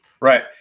Right